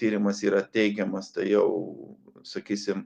tyrimas yra teigiamas tai jau sakysim